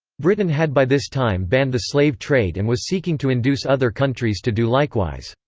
britain had by this time banned the slave trade and was seeking to induce other countries to do likewise.